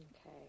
Okay